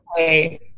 okay